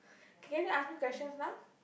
can you ask me questions now